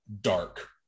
dark